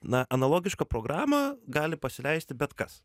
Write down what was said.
na analogišką programą gali pasileisti bet kas